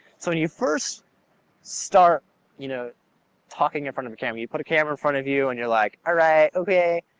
so you first start you know talking in front of a camera, you put a camera in front of you, and you're like alright okay.